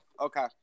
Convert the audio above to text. Okay